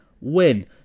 win